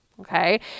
okay